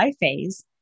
phase